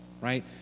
right